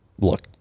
look